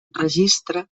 registre